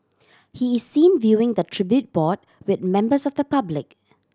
he is seen viewing the tribute board with members of the public